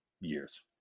years